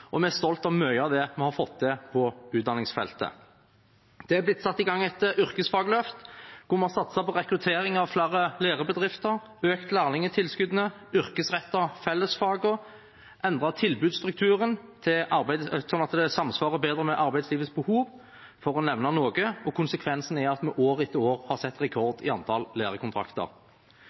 og vi er stolte av mye av det vi har fått til på utdanningsfeltet. Det er blitt satt i gang et yrkesfagløft, hvor vi har satset på rekruttering av flere lærebedrifter, økt lærlingtilskuddene, yrkesrettet fellesfagene og endret tilbudsstrukturen sånn at det samsvarer bedre med arbeidslivets behov, for å nevne noe. Konsekvensen er at vi år etter år har satt rekord i antall lærekontrakter.